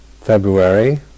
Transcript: February